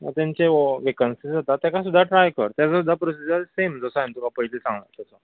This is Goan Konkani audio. तांचे वेकंन्सीस येता ताका सुद्दां ट्राय कर तेजो सुद्दां प्रोसीजर सेम जसो हांवें तुका पयलीं सांगला तसो